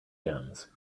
jams